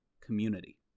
community